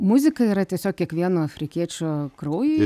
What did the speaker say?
muzika yra tiesiog kiekvieno afrikiečio kraujy